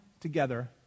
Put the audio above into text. together